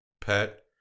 pet